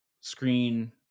screen